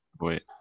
wait